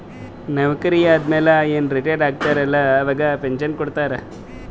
ನೌಕರಿ ಆದಮ್ಯಾಲ ಏನ್ ರಿಟೈರ್ ಆತಾರ ಅಲ್ಲಾ ಅವಾಗ ಪೆನ್ಷನ್ ಕೊಡ್ತಾರ್